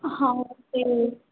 ହଁ ସେହି